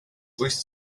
wyth